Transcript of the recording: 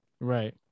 Right